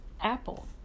apple